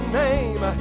name